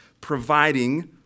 providing